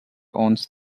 owns